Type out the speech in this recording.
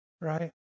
right